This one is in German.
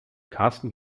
karsten